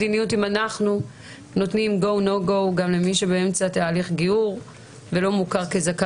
מעיתונאים, מאנשים שנמצאים שם, אבל אף אחד לא מבין